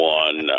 one